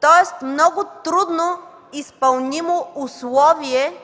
тоест много трудноизпълнимо условие